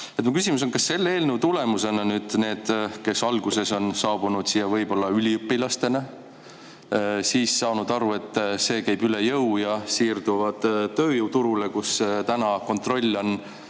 küsimus on nende kohta, kes alguses on saabunud siia võib-olla üliõpilastena, siis saanud aru, et see käib üle jõu ja siirduvad tööjõuturule, kus täna kontroll on